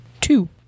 Two